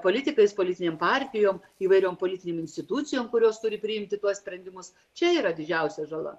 politikais politinėm partijom įvairiom politinėm institucijom kurios turi priimti tuos sprendimus čia yra didžiausia žala